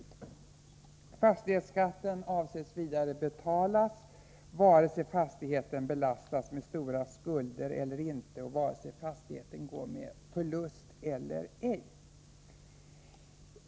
Det avses vidare att fastighetsskatten skall betalas oavsett om fastigheten belastas med stora skulder eller inte och om fastigheten går med förlust eller ej.